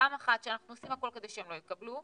פעם אחת שאנחנו עושים הכול כדי שהם לא יקבלו,